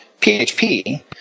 PHP